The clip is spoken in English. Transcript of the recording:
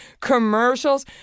commercials